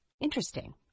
Interesting